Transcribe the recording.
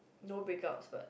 no break up but